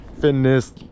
fitness